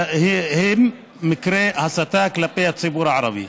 שבהם הם הסתה כלפי הציבור הערבי.